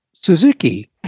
Suzuki